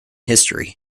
history